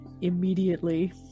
immediately